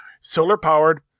Solar-powered